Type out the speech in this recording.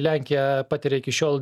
lenkija patiria iki šiol